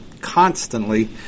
constantly